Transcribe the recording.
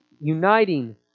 Uniting